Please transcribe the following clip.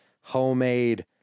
homemade